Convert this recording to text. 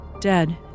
Dead